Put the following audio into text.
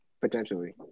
potentially